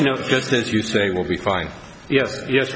you know just as you say we'll be fine yes yes